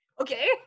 okay